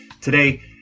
Today